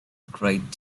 great